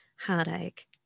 heartache